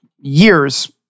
years